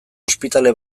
ospitale